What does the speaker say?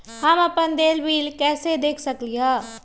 हम अपन देल बिल कैसे देख सकली ह?